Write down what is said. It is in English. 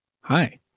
Hi